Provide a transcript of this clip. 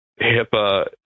HIPAA